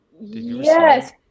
Yes